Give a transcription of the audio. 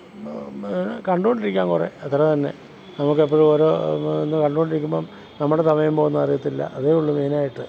കണ്ടുകൊണ്ടിരിക്കാം കുറേ അത്രതന്നെ നമുക്ക് എപ്പോഴും ഓരോ ന്ന് കണ്ടുകൊണ്ടിരിക്കുമ്പം നമ്മുടെ സമയം പോകുന്നതറിയില്ല അതേയുള്ളൂ മെയിൻ ആയിട്ട്